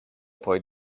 poi